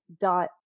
dot